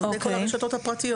עובדי כל הרשות הפרטיות.